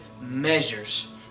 measures